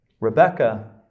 Rebecca